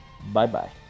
Bye-bye